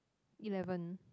eleven